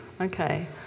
Okay